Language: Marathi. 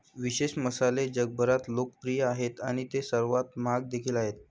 विशेष मसाले जगभरात लोकप्रिय आहेत आणि ते सर्वात महाग देखील आहेत